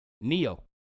Neo